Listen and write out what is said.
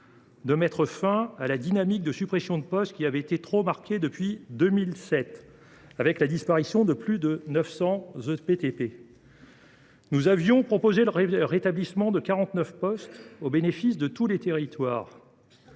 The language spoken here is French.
de mettre fin à la dynamique de suppression de postes qui avait été trop marquée depuis 2007, avec la disparition de plus de 900 ETPT. Nous avions proposé le rétablissement de 49 postes au bénéfice de tous les territoires.